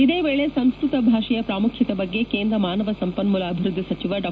ಇದೇ ವೇಳಿ ಸಂಸ್ಕೃತ ಭಾಷೆಯ ಪ್ರಾಮುಖ್ಯತೆ ಬಗ್ಗೆ ಕೇಂದ್ರ ಮಾನವ ಸಂಪನ್ಮೊಲ ಅಭಿವೃದ್ಧಿ ಸಚಿವ ಡಾ